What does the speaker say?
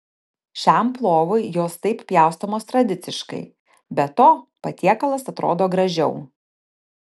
šiam plovui jos taip pjaustomos tradiciškai be to patiekalas atrodo gražiau